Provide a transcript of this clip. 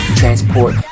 transport